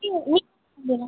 ನೀವು